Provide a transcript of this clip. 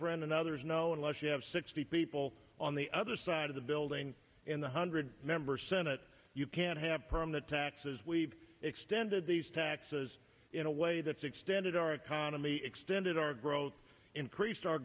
friend and others know unless you have sixty people on the other side of the building in the hundred member senate you can't have permanent taxes we've extended these taxes in a way that's extended our economy extended our growth increased our